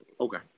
Okay